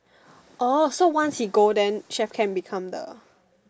orh so once he go then chef can become the